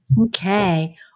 Okay